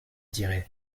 dirais